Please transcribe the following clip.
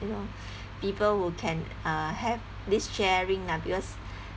you know people who can uh have this sharing lah because